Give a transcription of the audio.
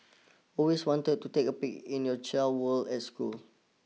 always wanted to take a peek into your child's world at school